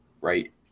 right